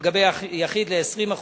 ולגבי יחיד, ל-20%.